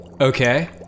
okay